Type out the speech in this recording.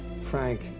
Frank